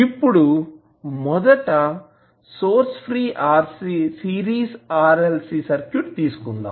ఇప్పుడు మొదట source free series RLC circuit తీసుకుందాం